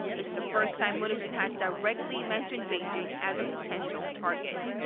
it's the first time mnuchin has directly mentioned beijing as a potential target.